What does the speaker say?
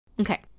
okay